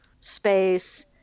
space